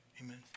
Amen